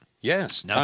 Yes